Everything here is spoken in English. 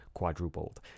quadrupled